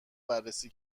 بررسی